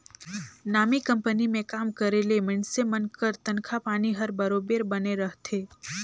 नामी कंपनी में काम करे ले मइनसे मन कर तनखा पानी हर बरोबेर बने रहथे